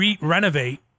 renovate